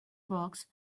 box